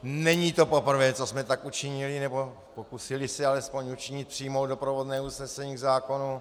Není to poprvé, co jsme tak učinili nebo pokusili se alespoň učinit přijmout doprovodné usnesení k zákonu.